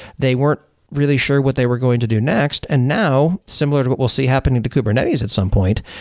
they weren't really sure what they were going to do next, and now similar to what we'll see happening to kubernetes at some point,